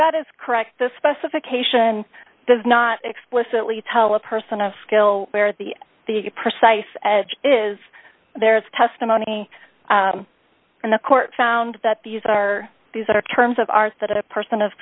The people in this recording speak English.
bet is correct the specification does not explicitly tell a person of skill where the the a precise is there is testimony and the court found that these are these are terms of art that a person of